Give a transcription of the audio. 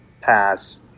pass